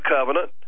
Covenant